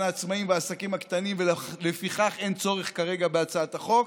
העצמאים והעסקים הקטנים ושלפיכך אין צורך כרגע בהצעת החוק: